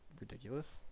ridiculous